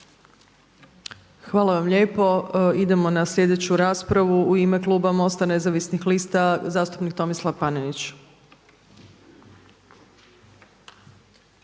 Hvala vam lijepo. Idemo na sljedeću raspravu u ime kluba MOST-a nezavisnih lista, zastupnik Tomislav Panenić.